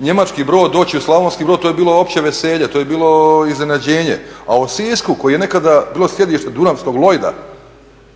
njemački brod doći u Slavonski Brod, to je bilo opće veselje, to je bilo iznenađenje, a u Sisku koji je nekada bio sjedište dunavskog lojda,